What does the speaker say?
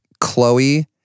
Chloe